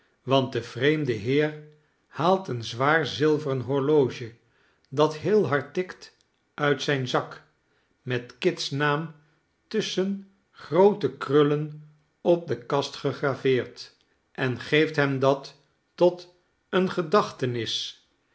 want de vreemde heer haalt een zwaar zilveren horloge dat heel hard tikt uit zijn zak met kit's naam tusschen groote krullen op de kast gegraveerd en geeft hem dat tot eene gedachtenis